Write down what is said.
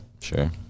Sure